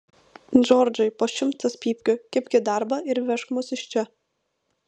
džordžai po šimtas pypkių kibk į darbą ir vežk mus iš čia